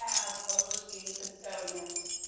overseeing custodians?